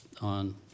on